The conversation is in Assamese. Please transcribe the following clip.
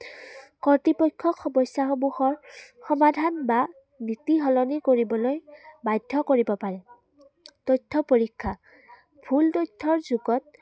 কৰ্তৃপক্ষ সমস্যাসমূহৰ সমাধান বা নীতি সলনি কৰিবলৈ বাধ্য কৰিব পাৰে তথ্য পৰীক্ষা ভুল তথ্যৰ যুগত